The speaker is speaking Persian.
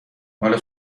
مال